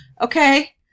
Okay